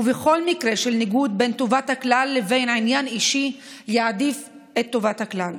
ובכל מקרה של ניגוד בין טובת הכלל לבין עניין אישי יעדיף את טובת הכלל".